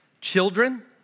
children